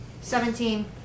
Seventeen